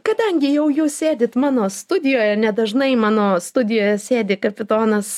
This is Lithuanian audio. kadangi jau jūs sėdit mano studijoje nedažnai mano studijoje sėdi kapitonas